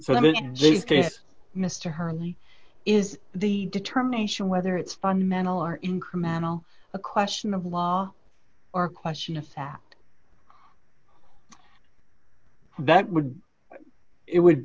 mister hurley is the determination whether it's fundamental or incremental a question of law or question of fact that would it would